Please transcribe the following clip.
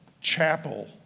Chapel